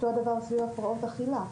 אותו הדבר סביב הפרעות אכילה,